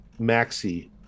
maxi